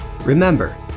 Remember